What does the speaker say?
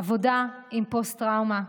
עבודה עם פוסט-טראומה,